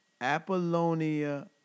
Apollonia